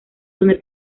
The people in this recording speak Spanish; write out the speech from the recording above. donde